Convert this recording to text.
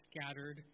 scattered